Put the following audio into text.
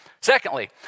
Secondly